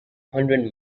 hundred